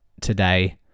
today